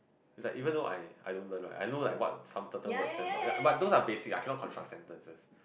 it's like even though I I don't learn right I know like what some turtle words stand for but those are basic I cannot construct sentences